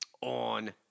on